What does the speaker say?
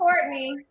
Courtney